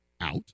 out